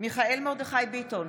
מיכאל מרדכי ביטון,